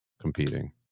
competing